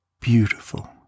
beautiful